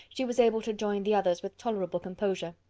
she was able to join the others with tolerable composure.